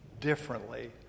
differently